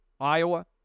Iowa